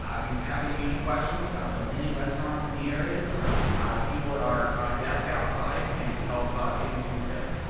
um if you have any questions about the many restaurants in the areas, the people at our desk outside can help ah give you some tips,